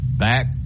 back